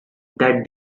that